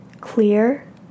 clear